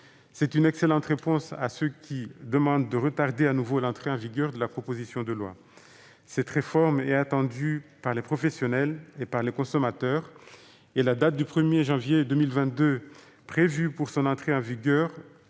C'est une excellente réponse à ceux qui demandent de retarder de nouveau l'entrée en vigueur de la proposition de loi. Cette réforme est attendue par les professionnels et par les consommateurs. La date du 1 janvier 2022 prévue pour son entrée en vigueur